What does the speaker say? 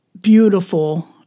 beautiful